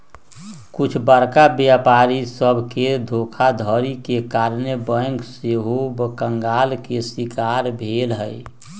कुछ बरका व्यापारी सभके धोखाधड़ी के कारणे बैंक सेहो कंगाल के शिकार भेल हइ